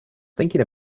thinking